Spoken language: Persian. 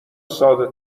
ساده